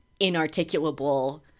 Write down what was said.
inarticulable